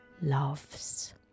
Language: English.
loves